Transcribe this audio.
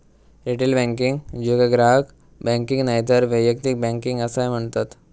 retail banking, जेका ग्राहक banking नायतर वैयक्तिक बँकिंग असाय म्हणतत